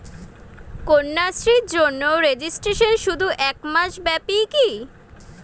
কন্যাশ্রীর জন্য রেজিস্ট্রেশন শুধু এক মাস ব্যাপীই কি?